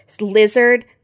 lizard